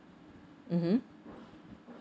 mmhmm